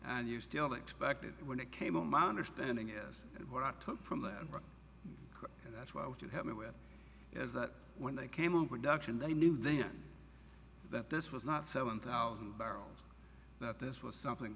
and you still expected it when it came on my understanding is what i took from that right and that's why would you help me with is that when they came on production they knew then that this was not seven thousand barrels that this was something